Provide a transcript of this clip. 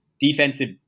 defensive